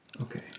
Okay